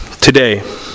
today